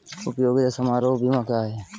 उपयोगिता समारोह बीमा क्या है?